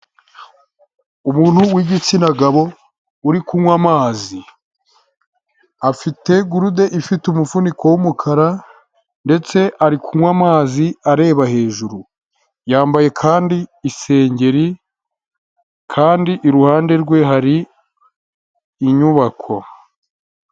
Umuntu w'igitsina gabo uri kunywa amazi, afite gurude ifite umufuniko w'umukara ndetse ari kunywa amazi areba hejuru, yambaye kandi isengeri kandi iruhande rwe hari inyubako.